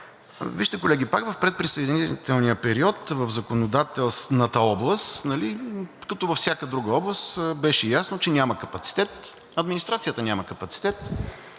Вижте, колеги, пак в предприсъединителния период в законодателната област като във всяка друга област беше ясно, че няма капацитет – администрацията няма капацитет,